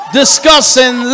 discussing